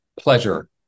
pleasure